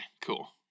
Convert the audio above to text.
cool